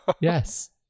Yes